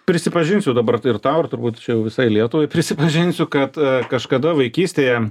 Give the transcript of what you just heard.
prisipažinsiu dabar ir tau turbūt čia jau visai lietuvai prisipažinsiu kad kažkada vaikystėje